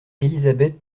élisabeth